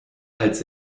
als